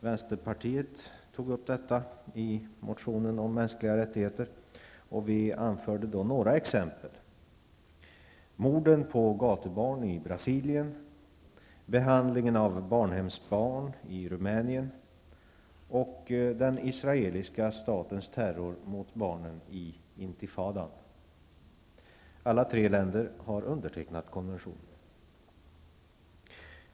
Vänsterpartiet tog upp detta i vår motion om mänskliga rättigheter, och vi anförde då några exempel: morden på gatubarn i Brasilien, behandlingen av barnhemsbarn i Rumänien och den israeliska statens terror mot barnen i ''intifadan''. Alla tre länderna har undertecknat konventionen.